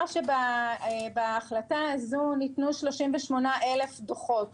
בהחלטה הזאת ניתנו 38,000 דוחות